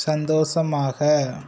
சந்தோசமாக